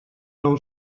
nou